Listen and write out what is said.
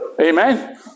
Amen